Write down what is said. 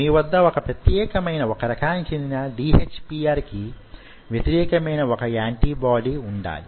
మీ వద్ద వొక ప్రత్యేకమైన వొక రకానికి చెందిన DHPR కి వ్యతిరేకమైన వొక యాంటీబాడీ వుండాలి